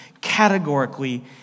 categorically